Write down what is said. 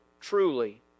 truly